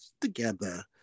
together